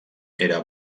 era